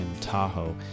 Tahoe